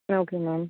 ah okay ma'am